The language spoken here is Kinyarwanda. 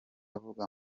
avuga